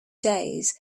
days